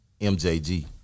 MJG